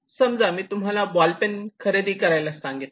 समजा मी तुम्हाला बॉल पेन खरेदी करायला सांगितला